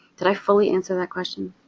did i fully answer that question,